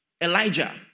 Elijah